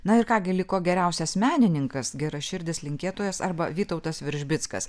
na ir ką gi liko geriausias menininkas geraširdis linkėtojas arba vytautas veržbickas